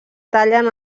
tallen